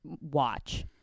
watch